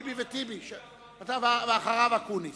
ביבי וטיבי, ואחריו, אקוניס.